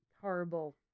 horrible